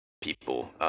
people